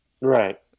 right